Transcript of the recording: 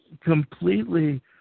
completely